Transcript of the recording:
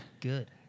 Good